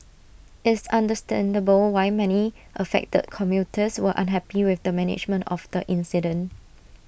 it's understandable why many affected commuters were unhappy with the management of the incident